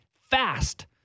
fast